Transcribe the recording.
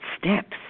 steps